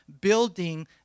building